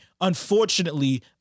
unfortunately